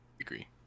Agree